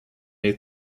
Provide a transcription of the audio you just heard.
new